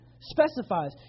specifies